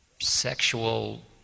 sexual